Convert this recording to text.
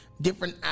different